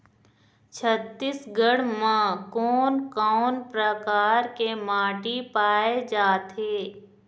छत्तीसगढ़ म कोन कौन प्रकार के माटी पाए जाथे?